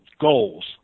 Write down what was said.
goals